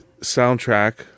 soundtrack